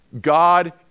God